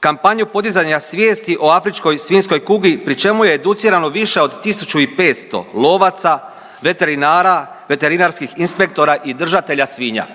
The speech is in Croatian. kampanju podizanja svijesti o afričkoj svinjskoj kugi pri čemu je educirano više od 1.500 lovaca, veterinara, veterinarskih inspektora i držatelja svinja.